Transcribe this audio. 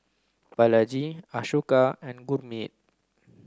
Balaji Ashoka and Gurmeet